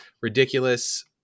Ridiculous